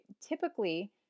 Typically